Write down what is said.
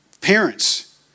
Parents